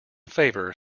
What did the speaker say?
favour